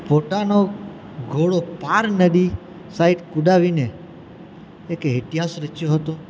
પોતાનો ઘોડો પાર નદી સાઈડ કુદાવીને એક ઇતિહાસ રચ્યો હતો